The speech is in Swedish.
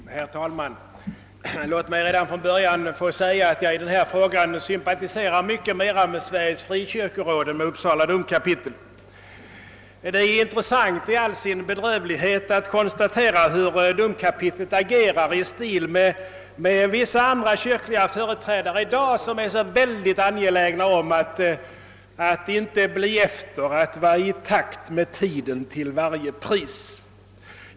Herr talman! Låt mig redan från början få säga att jag i denna fråga sympatiserar mycket mer med Sveriges frikyrkoråd än med Uppsala domkapitel. Det är intressant i all sin bedrövlighet att konstatera att domkapitlet agerar i stil med vissa andra kyrkliga företrädare, som är angelägna att till varje pris vara i takt med tiden.